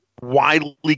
widely